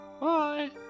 Bye